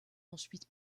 ensuite